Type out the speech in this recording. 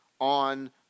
on